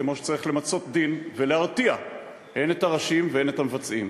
כמו שצריך למצות דין ולהרתיע הן את הראשים והן את המבצעים.